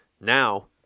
Now